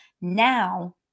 Now